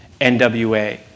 NWA